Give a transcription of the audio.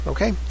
Okay